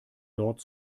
dort